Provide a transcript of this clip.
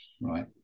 Right